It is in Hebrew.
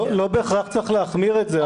לא בהכרח צריך להחמיר את זה,